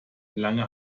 lange